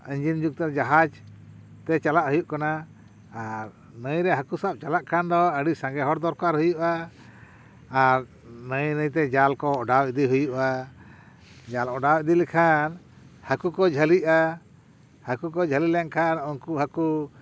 engine ᱡᱩᱜᱽ ᱫᱚ ᱡᱟᱦᱟᱡᱽ ᱛᱮ ᱪᱟᱞᱟᱜ ᱠᱟᱱᱟ ᱟᱨ ᱱᱟᱹᱭ ᱨᱮ ᱦᱟᱠᱩ ᱥᱟᱵ ᱪᱟᱞᱟᱜ ᱠᱷᱟᱱ ᱫᱚ ᱟ ᱰᱤ ᱥᱟᱸᱜᱮ ᱦᱚᱲ ᱫᱚᱨᱠᱟᱨ ᱦᱩᱭᱩᱜᱼᱟ ᱟᱨ ᱱᱟᱹᱭ ᱱᱟᱹᱭᱛᱮ ᱡᱟᱞ ᱠᱚ ᱚᱰᱟᱣ ᱤᱫᱤ ᱦᱩᱭᱩᱜᱼᱟ ᱡᱟᱞ ᱚᱰᱟᱣ ᱤᱫᱤ ᱞᱮᱠᱷᱟᱱ ᱦᱟ ᱠᱩ ᱠᱚ ᱡᱷᱟ ᱞᱤᱜᱼᱟ ᱦᱟ ᱠᱩ ᱠᱚ ᱡᱷᱟ ᱞᱤ ᱞᱮᱱᱠᱷᱟᱱ ᱩᱱᱠᱩ ᱦᱟ ᱠᱩ